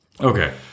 okay